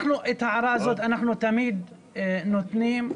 את ההערה הזו אנחנו תמיד נותנים.